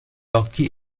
occhi